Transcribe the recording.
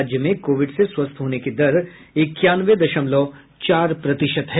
राज्य में कोविड से स्वस्थ होने की दर इक्यानवे दशमलव चार प्रतिशत है